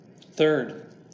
Third